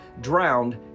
drowned